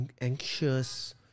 anxious